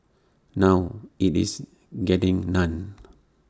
now IT is getting none